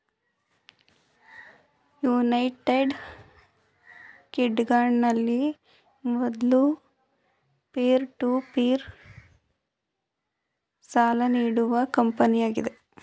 United ಕಿಂಗ್ಡಂನಲ್ಲಿ ಮೊದ್ಲ peer to peer ಸಾಲ ನೀಡುವ ಕಂಪನಿಯಾಗಿದೆ